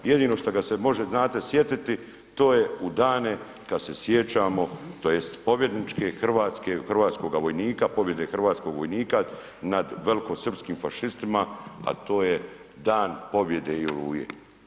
Jedino što ga se može znate sjetiti, to je u dane kad se sjećamo tj. pobjedničke Hrvatske, hrvatskoga vojnika, pobjede hrvatskog vojnika nad velikosrpskih fašistima, a to je Dan pobjede i Oluje.